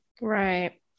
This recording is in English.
Right